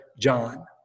John